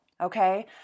okay